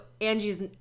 Angie's